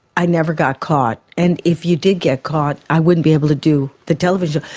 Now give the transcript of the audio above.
i never got caught. and if you did get caught i wouldn't be able to do the television.